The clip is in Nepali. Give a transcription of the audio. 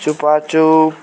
छुपाछुप